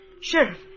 Sheriff